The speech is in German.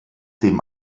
dem